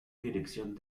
dirección